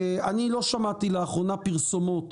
אני לא שמעתי לאחרונה פרסומות